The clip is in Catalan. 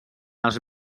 els